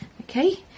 Okay